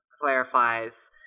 clarifies